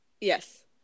Yes